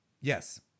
Yes